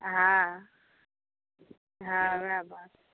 हॅं हॅं हमरा